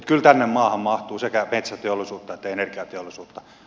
kyllä tänne maahan mahtuu sekä metsäteollisuutta että energiateollisuutta